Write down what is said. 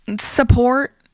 support